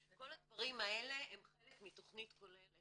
כל הדברים האלה הם חלק מתכנית כוללת,